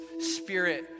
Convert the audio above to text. spirit